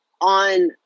on